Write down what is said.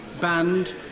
banned